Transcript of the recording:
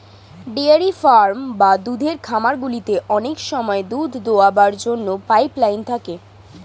dairy farm বা দুধের খামারগুলিতে অনেক সময় দুধ দোয়াবার জন্য পাইপ লাইন থাকে